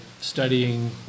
studying